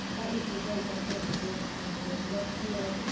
that issue was raised on appeal to the georgia supreme court, direct appeal.